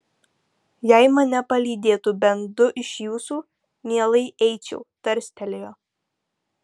jei mane palydėtų bent du iš jūsų mielai eičiau tarstelėjo